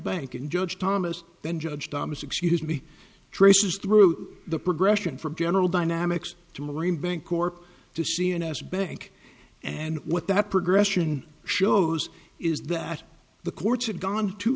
bank and judge thomas then judge thomas excuse me traces through the progression from general dynamics to marine bancorp to cns bank and what that progression shows is that the courts have gone too